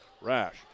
Rash